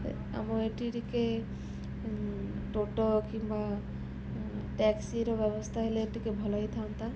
ଆମ ଏଠି ଟିକେ ଅଟୋ କିମ୍ବା ଟ୍ୟାକ୍ସିର ବ୍ୟବସ୍ଥା ହେଲେ ଟିକେ ଭଲ ହୋଇଥାନ୍ତା